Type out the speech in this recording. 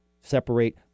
separate